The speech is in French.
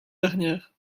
dernière